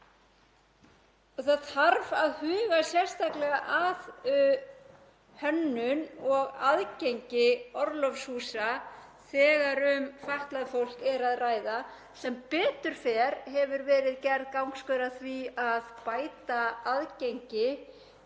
Það þarf að huga sérstaklega að hönnun og aðgengi orlofshúsa þegar um fatlað fólk er að ræða. Sem betur fer hefur verið gerð gangskör í því að bæta aðgengi